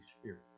Spirit